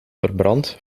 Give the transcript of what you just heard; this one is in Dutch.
verbrand